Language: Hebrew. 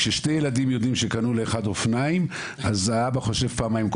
כששני ילדים יודעים שקנו לאחד אופניים אז אבא חושב פעמיים אם הוא